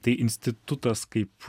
tai institutas kaip